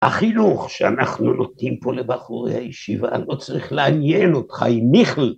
החינוך שאנחנו נותנים פה לבחורי הישיבה לא צריך לעניין אותך עם מיכל